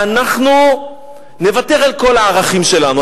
ואנחנו נוותר על כל הערכים שלנו.